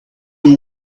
your